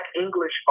English